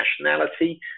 nationality